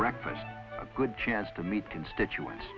breakfast a good chance to meet constituents